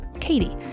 Katie